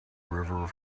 river